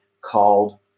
called